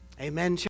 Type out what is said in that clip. Amen